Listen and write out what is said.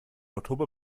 oktober